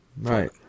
Right